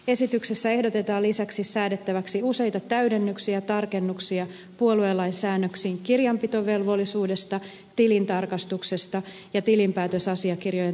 esityksessä ehdotetaan lisäksi säädettäväksi useita täydennyksiä tarkennuksia puoluelain säännöksiin kirjanpitovelvollisuudesta tilintarkastuksesta ja tilinpäätösasiakirjojen toimittamisesta